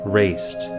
raced